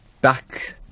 back